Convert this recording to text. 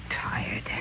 tired